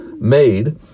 made